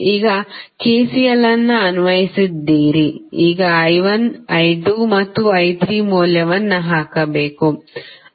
ಈಗ ಕೆಸಿಎಲ್ ಅನ್ನು ಅನ್ವಯಿಸಿದ್ದೀರಿ ಈಗ I1 I2 ಮತ್ತು I3 ಮೌಲ್ಯವನ್ನು ಹಾಕಬೇಕು